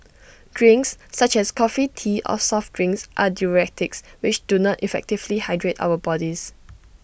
drinks such as coffee tea or soft drinks are diuretics which do not effectively hydrate our bodies